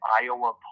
Iowa